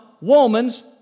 woman's